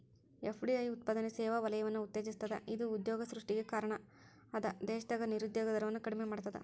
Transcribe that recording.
FDI ಉತ್ಪಾದನೆ ಸೇವಾ ವಲಯವನ್ನ ಉತ್ತೇಜಿಸ್ತದ ಇದ ಉದ್ಯೋಗ ಸೃಷ್ಟಿಗೆ ಕಾರಣ ಅದ ದೇಶದಾಗ ನಿರುದ್ಯೋಗ ದರವನ್ನ ಕಡಿಮಿ ಮಾಡ್ತದ